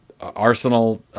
Arsenal